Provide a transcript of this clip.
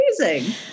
amazing